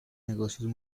negocios